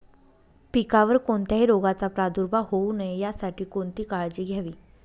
पिकावर कोणत्याही रोगाचा प्रादुर्भाव होऊ नये यासाठी कोणती काळजी घ्यावी?